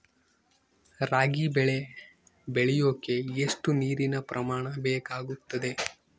ರಾಗಿ ಬೆಳೆ ಬೆಳೆಯೋಕೆ ಎಷ್ಟು ನೇರಿನ ಪ್ರಮಾಣ ಬೇಕಾಗುತ್ತದೆ?